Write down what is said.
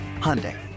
Hyundai